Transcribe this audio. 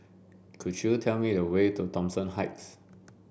could you tell me the way to Thomson Heights